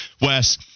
Wes